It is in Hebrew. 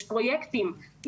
יש פרויקטים,